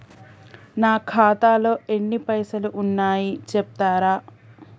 నా ఖాతాలో ఎన్ని పైసలు ఉన్నాయి చెప్తరా?